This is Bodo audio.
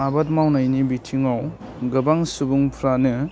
आबाद मावनायनि बिथिङाव गोबां सुबुंफ्रानो